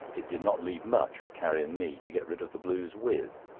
it did not leave much for carrie and me to get rid of the blues with.